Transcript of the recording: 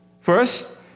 First